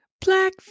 Black